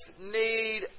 need